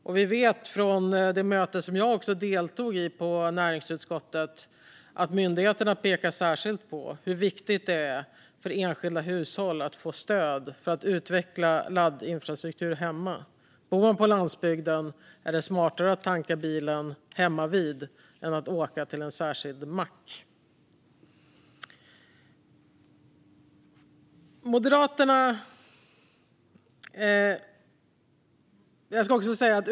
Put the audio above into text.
Och vi vet från det möte i näringsutskottet, som jag också deltog i, att myndigheterna särskilt pekar på hur viktigt det är för enskilda hushåll att få stöd för att utveckla laddinfrastruktur hemma. Bor man på landsbygden är det smartare att tanka bilen hemmavid än att åka till en särskild mack.